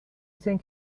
think